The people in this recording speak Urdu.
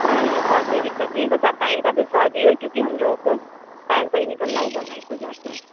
نو نو اور کوئی دقت نہیں ہے بس آپ ٹائم پہ بھجوا دیجیے گا کیونکہ ہم لوگوں کو ٹائم پر ہی نکلنا ہوگا نا اِس وجہ سے